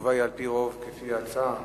התשובה היא על-פי רוב כפי ההצעה,